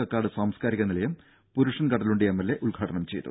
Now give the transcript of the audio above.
കക്കാട് സാംസ്കാരിക നിലയം പുരുഷൻ കടലുണ്ടി എംഎൽഎ ഉദ്ഘാടനം ചെയ്തു